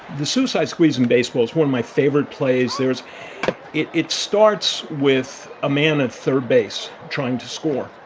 the suicide squeeze in baseball is one of my favorite plays. there was it it starts with a man at third base trying to score.